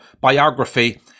biography